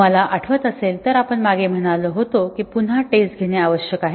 तुम्हाला आठवत असेल तर आपण मागे म्हणालो होतो की पुन्हा टेस्ट घेणे आवश्यक आहे